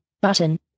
button